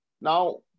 now